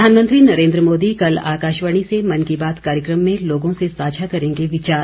प्रधानमंत्री नरेन्द्र मोदी कल आकाशवाणी से मन की बात कार्यक्रम में लोगों से साझा करेंगे विचार